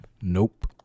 Nope